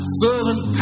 fervent